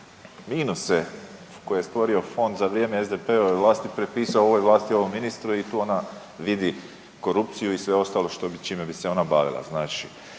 minuse koje je stvorio Fond za vrijeme SDP-ove vlasti pripisao ovoj vlasti i ovom ministru i tu ona vidi korupciju i sve ostalo čime bi se ona bavila.